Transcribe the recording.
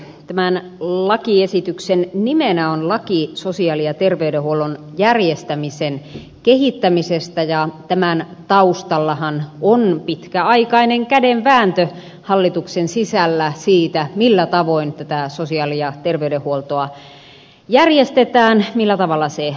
tämän lakiesityksen nimenä on laki sosiaali ja terveydenhuollon järjestämisen kehittämisestä ja tämän taustallahan on pitkäaikainen kädenvääntö hallituksen sisällä siitä millä tavoin sosiaali ja terveydenhuoltoa järjestetään millä tavalla se organisoidaan